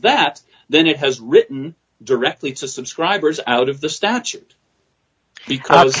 that then it has written directly to subscribers out of the statute because